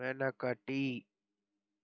వెనకటి